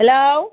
hello